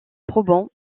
probants